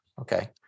okay